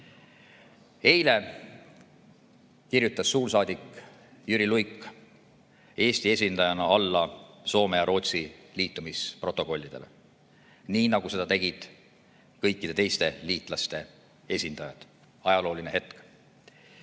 Eile kirjutas suursaadik Jüri Luik Eesti esindajana alla Soome ja Rootsi liitumisprotokollidele, nii nagu seda tegid kõikide teiste liitlaste esindajad. Ajalooline hetk.